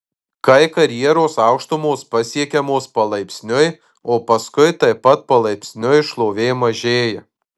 kai karjeros aukštumos pasiekiamos palaipsniui o paskui taip pat palaipsniui šlovė mažėja